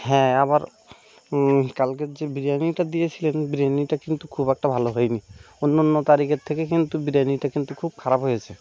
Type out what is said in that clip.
হ্যাঁ আবার কালকের যে বিরিয়ানিটা দিয়েছিলেন বিরিয়ানিটা কিন্তু খুব একটা ভালো হয় নি অন্য অন্য তারিখের থেকে কিন্তু বিরিয়ানিটা কিন্তু খুব খারাপ হয়েছে